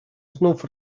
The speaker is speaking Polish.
znów